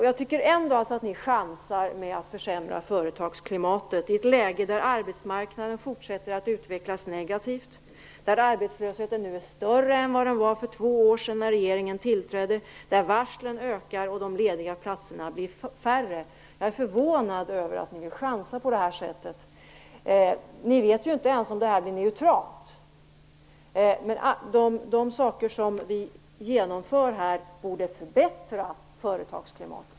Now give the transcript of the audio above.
Jag tycker ändå att ni chansar på att försämra företagsklimatet i ett läge där arbetsmarknaden fortsätter att utvecklas negativt, där arbetslösheten nu är större än den var för två år sedan när regeringen tillträdde, där varslen ökar och de lediga platserna blir färre. Jag är förvånad över att ni vill chansa på det här sättet. Ni vet ju inte ens om det här blir neutralt, samtidigt som de saker som vi här genomför borde förbättra företagsklimatet.